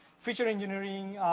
feature engineering,